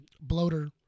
bloater